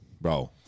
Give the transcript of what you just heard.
bro